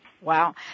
Wow